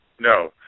No